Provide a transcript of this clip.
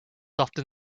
often